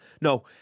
No